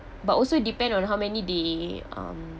but also depends on how many they um